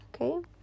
okay